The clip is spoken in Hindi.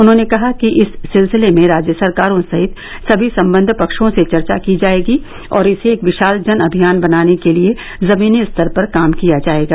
उन्होंने कहा कि इस सिलसिले में राज्य सरकारों सहित सभी संबद्व पक्षों से चर्चा की जायेगी और इसे एक विशाल जन अभियान बनाने के लिए जमीनी स्तर पर काम किया जायेगा